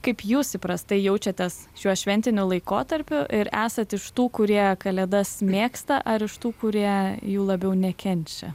kaip jūs įprastai jaučiatės šiuo šventiniu laikotarpiu ir esat iš tų kurie kalėdas mėgsta ar iš tų kurie jų labiau nekenčia